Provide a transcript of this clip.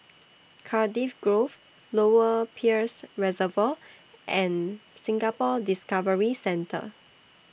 Cardiff Grove Lower Peirce Reservoir and Singapore Discovery Centre